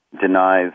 denies